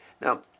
Now